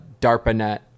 DARPANET